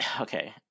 Okay